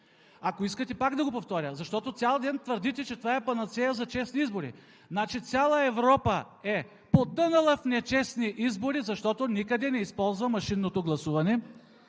Ако искате пак да го повторя, защото цял ден твърдите, че това е панацея за честни избори? Цяла Европа е потънала в нечестни избори, защото никъде не използва машинното гласуване